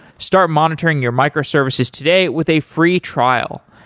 start monitoring your microservices today with a free trial.